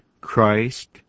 Christ